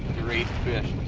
great fish!